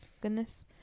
goodness